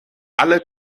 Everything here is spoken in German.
alle